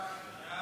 1